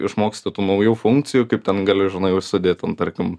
išmoksti tų naujų funkcijų kaip ten gali žinai užsidėt ten tarkim